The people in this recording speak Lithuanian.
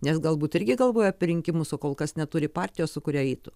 nes galbūt irgi galvoja apie rinkimus o kol kas neturi partijos su kuria eitų